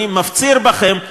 אני מפציר בכם,